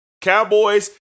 Cowboys